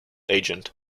agent